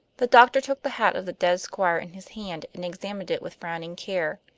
the doctor took the hat of the dead squire in his hand, and examined it with frowning care.